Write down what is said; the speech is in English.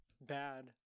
bad